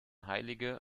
heilige